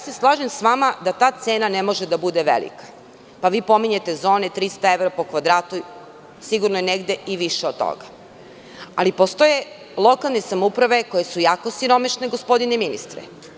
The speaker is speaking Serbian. Slažem se s vama da ta cena ne može da bude velika, pa vi pominjete zone 300 evra po kvadratu, sigurno je negde i više od toga, ali postoje lokalne samouprave koje su jako siromašne, gospodine ministre.